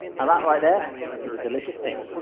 ah that right there is a delicious thing.